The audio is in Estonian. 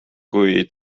kui